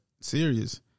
serious